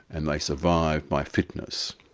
and they survived by fitness.